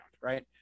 right